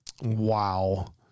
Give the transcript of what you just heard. wow